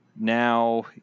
now